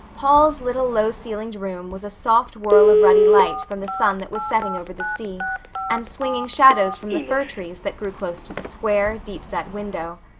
paul's little low-ceilinged room was a soft whirl of ruddy light from the sun that was setting over the sea and swinging shadows from the fir trees that grew close to the square, deep-set window.